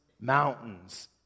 mountains